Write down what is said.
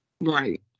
Right